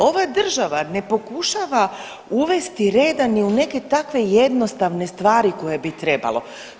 Ova država ne pokušava uvesti reda ni u neke takve jednostavne stvari koje bi trebalo.